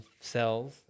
cells